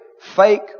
fake